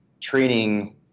training